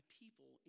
people